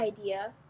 idea